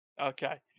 Okay